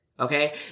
Okay